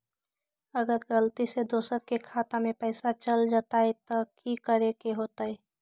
अगर गलती से दोसर के खाता में पैसा चल जताय त की करे के होतय?